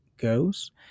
goes